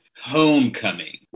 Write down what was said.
homecoming